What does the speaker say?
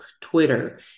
Twitter